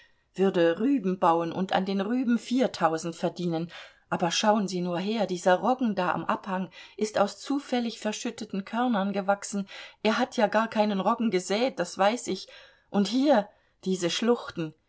würde rüben bauen und an den rüben viertausend verdienen aber schauen sie nur her dieser roggen da am abhang ist aus zufällig verschütteten körnern gewachsen er hat ja gar keinen roggen gesät das weiß ich und hier diese schluchten